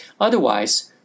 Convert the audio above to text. Otherwise